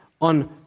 on